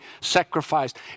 sacrificed